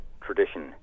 tradition